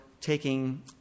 taking